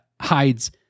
hides